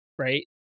right